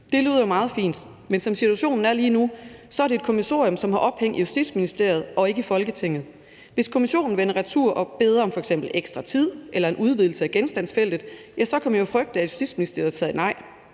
Det lyder jo meget fint, men som situationen er lige nu, er det et kommissorium, som har ophæng i Justitsministeriet og ikke i Folketinget. Hvis kommissionen vender retur og beder om f.eks. ekstra tid eller en udvidelse af genstandsfeltet, kan man jo frygte, at Justitsministeriet sagde nej.